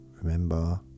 remember